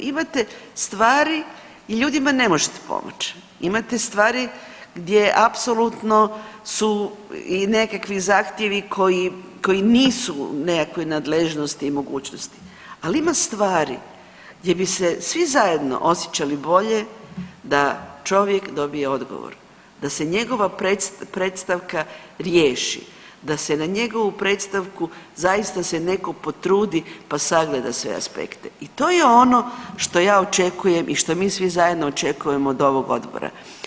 Imate stvari i ljudima ne možete pomoći, imate stvari gdje apsolutno su i nekakvi zahtjevi koji, koji nisu u nekakvoj nadležnosti i mogućnosti, ali ima stvari gdje bi se svi zajedno osjećali bolje da čovjek dobije odgovor, da se njegova predstavka riješi, da se na njegovu predstavku zaista se neko potrudi pa sagleda sve aspekte i to je ono što ja očekujem i što mi svi zajedno očekujemo od ovog odbora.